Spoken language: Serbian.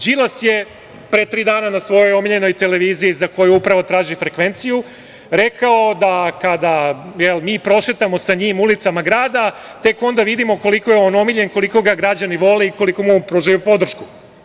Đilas je pre tri dana na svojoj omiljenoj televiziji, za koju upravo traži frekvenciju, rekao da kada mi prošetamo sa njim ulicama grada, tek onda vidimo koliko je on omiljen, koliko ga građani vole i koliko mu pružaju podršku.